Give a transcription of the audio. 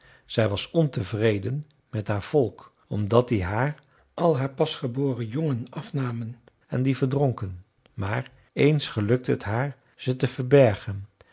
zij was ontevreden met haar volk omdat die haar al haar pasgeboren jongen afnamen en die verdronken maar ééns gelukte het haar ze te verbergen